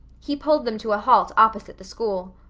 he pulled them to a halt opposite the school.